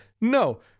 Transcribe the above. No